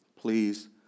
please